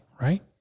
right